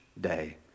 day